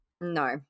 no